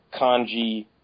kanji